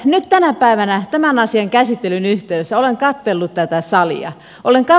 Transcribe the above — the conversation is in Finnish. nyt tänä päivänä tämän asian käsittelyn yh teydessä olen katsellut tätä salia